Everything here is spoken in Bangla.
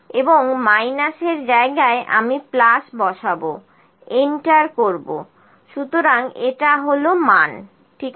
এবং মাইনাসের জায়গায় আমি প্লাস বসাবো এন্টার করব সুতরাং এটা হলো মান ঠিক আছে